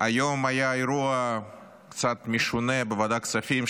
היום היה אירוע קצת משונה בוועדת כספים,